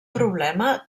problema